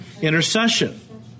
Intercession